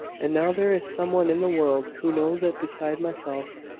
and now, there is some one in the world who knows it beside myself.